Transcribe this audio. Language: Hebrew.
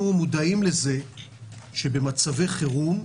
אנחנו מודעים לזה שבמצבי חירום,